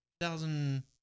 Thousand